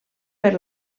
per